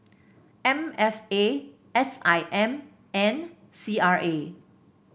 M F A S I M and C R A